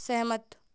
सहमत